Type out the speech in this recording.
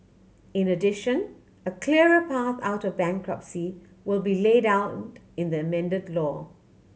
in addition a clearer path out of bankruptcy will be laid out in the amended law